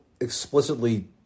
explicitly